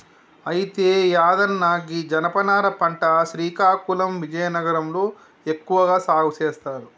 అయితే యాదన్న గీ జనపనార పంట శ్రీకాకుళం విజయనగరం లో ఎక్కువగా సాగు సేస్తారు